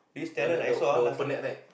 then the the open net right